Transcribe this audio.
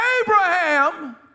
Abraham